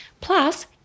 plus